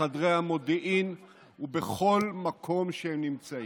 בחדרי המודיעין ובכל מקום שהם נמצאים.